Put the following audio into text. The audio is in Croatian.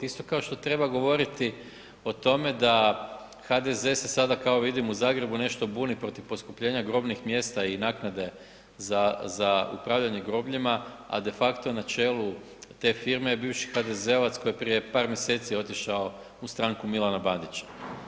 Isto kao što treba govoriti o tome da HDZ se sada kao vidim, u Zagrebu nešto buni protiv poskupljenja grobnih mjesta i naknade za upravljanje grobljima, a de facto je na čelu te firme je bivši HDZ-ovac koji je prije par mjeseci otišao u stranku Milana Bandića.